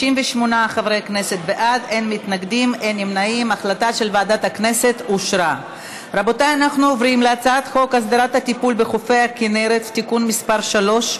הצעת ועדת הכנסת להעביר את חוק לתיקון פקודת בריאות